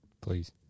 please